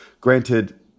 granted